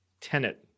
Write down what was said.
Tenet